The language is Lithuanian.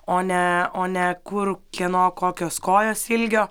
o ne o ne kur kieno kokios kojos ilgio